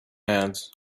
hands